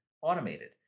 automated